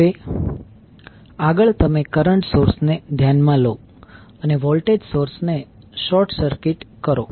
હવે આગળ તમે કરંટ સોર્સને ધ્યાનમાં લો અને વોલ્ટેજ સોર્સ ને શોર્ટ સર્કિટ કરો